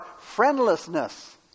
friendlessness